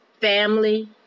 family